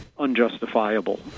unjustifiable